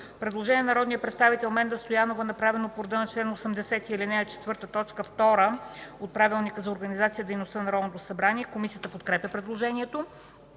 Предложение на народния представител Менда Стоянова, направено по реда на чл. 80, ал. 4, т. 2 от Правилника за организацията и дейността на Народното събрание. Комисията подкрепя предложението.